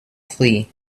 flee